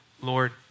Lord